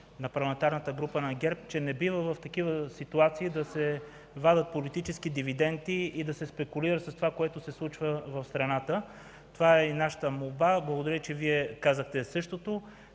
на Парламентарната група на ГЕРБ, беше същата – не бива в такива ситуации да се вадят политически дивиденти и да се спекулира с това, което се случва в страната. Такава е и нашата молба. Благодаря, че Вие казахте същото